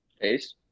Ace